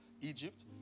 Egypt